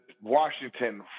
Washington